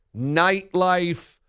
nightlife